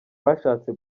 bashatse